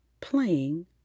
playing